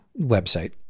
website